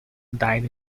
died